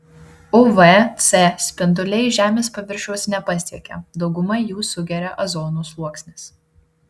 uv c spinduliai žemės paviršiaus nepasiekia daugumą jų sugeria ozono sluoksnis